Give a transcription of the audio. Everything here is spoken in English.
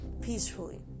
peacefully